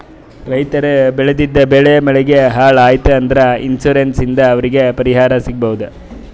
ರೈತರ್ ಬೆಳೆದಿದ್ದ್ ಬೆಳಿ ಮಳಿಗ್ ಹಾಳ್ ಆಯ್ತ್ ಅಂದ್ರ ಇನ್ಶೂರೆನ್ಸ್ ಇಂದ್ ಅವ್ರಿಗ್ ಪರಿಹಾರ್ ಸಿಗ್ಬಹುದ್